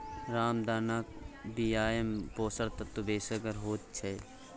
रामदानाक बियामे पोषक तत्व बेसगर होइत छै